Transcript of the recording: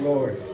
Lord